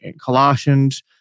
Colossians